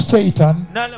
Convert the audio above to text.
Satan